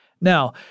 Now